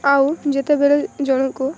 ଆଉ ଯେତେବେଳେ ଜଣଙ୍କୁ